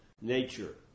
nature